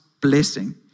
blessing